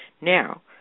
Now